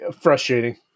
frustrating